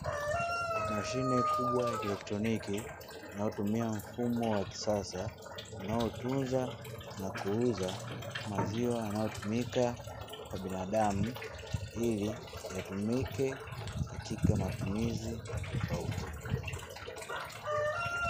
Mashine kubwa ya kieletroniki inayotumia mfumo wa kisasa unaotunza na kuuza maziwa, yanayotumika kwa binadamu ili yatumike katika matumizi tofauti.